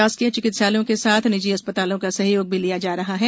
शासकीय चिकित्सालयों के साथ निजी अस्पतालों का सहयोग भी लिया जा रहा है